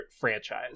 franchise